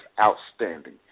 outstanding